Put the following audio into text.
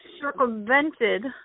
circumvented